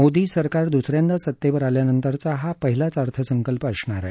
मोदी सरकार द्स यांदा सतेवर आल्यानंतरचा हा पहिलाच अर्थसंकल्प असणार आहे